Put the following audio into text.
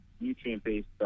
nutrient-based